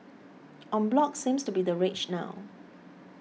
en bloc seems to be the rage now